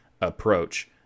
approach